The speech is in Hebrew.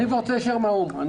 כבר רוצה להישאר מהאו"ם.